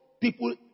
people